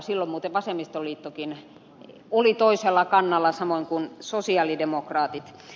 silloin muuten vasemmistoliittokin oli toisella kannalla samoin kuin sosialidemokraatit